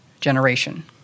generation